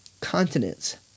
continents